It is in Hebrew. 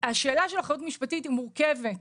השאלה של אחריות משפטית היא מורכבת,